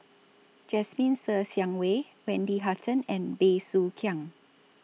Jasmine Ser Xiang Wei Wendy Hutton and Bey Soo Khiang